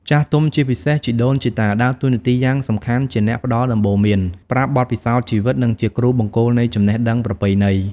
ចាស់ទុំ ជាពិសេសជីដូនជីតា ដើរតួនាទីយ៉ាងសំខាន់ជាអ្នកផ្ដល់ដំបូន្មាន ប្រាប់បទពិសោធន៍ជីវិត និងជាគ្រូបង្គោលនៃចំណេះដឹងប្រពៃណី។